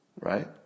Right